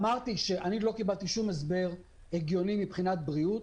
אמרתי שלא קיבלתי שום הסבר הגיוני מבחינת בריאות